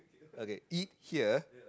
okay eat here